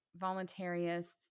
voluntarists